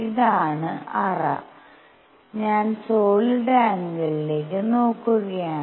ഇതാണ് അറ ഞാൻ സോളിഡ് ആംഗിളിലേക്ക് നോക്കുകയാണ്